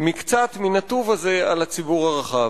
מקצת מן הטוב הזה על הציבור הרחב.